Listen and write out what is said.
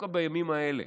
ודווקא בימים האלה,